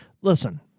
listen –